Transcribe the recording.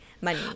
money